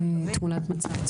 תמונת מצב.